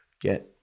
get